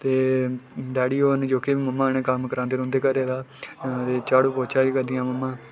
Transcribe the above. ते डैडी और न जेह्के ममा कन्नै कम्म करांदे रौंह्दे न घरै दा ते झाड़ू पोच्चा बी करदियां ममा